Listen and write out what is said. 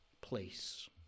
place